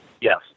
Yes